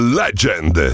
legend